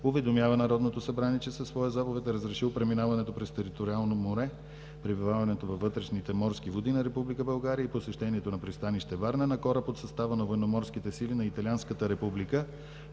уведомява Народното събрание, че със своя заповед е разрешил преминаването през териториалното море, пребиваването във вътрешните морски води на Република България и посещението на пристанище Варна на кораб от състава на военноморските сили на Италианската република